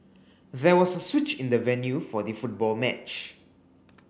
there was a switch in the venue for the football match